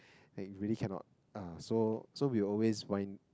and really can not uh so so we always wind